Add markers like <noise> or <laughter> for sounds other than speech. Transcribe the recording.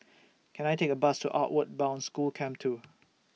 <noise> Can I Take A Bus to Outward Bound School Camp two